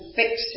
fix